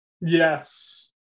yes